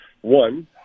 one